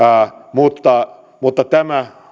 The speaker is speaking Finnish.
mutta mutta tämä